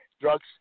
drugs